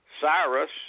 Cyrus